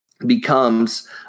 becomes